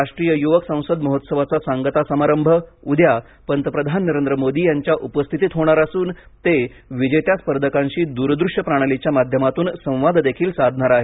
राष्ट्रीय युवक संसद महोत्सवाचा सांगता समारंभ उद्या पंतप्रधान नरेंद्र मोदी यांच्या उपस्थितीत होणार असून ते विजेत्या स्पर्धकांशी द्रदृश्य प्रणालीच्या माध्यमातून संवादही साधणार आहेत